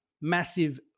massive